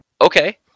Okay